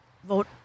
Vote